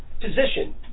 position